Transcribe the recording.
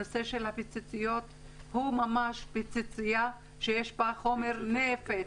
הנושא של הפיצוציות הוא ממש פיצוצייה שיש בה חומר נפץ.